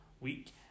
week